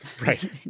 right